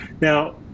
Now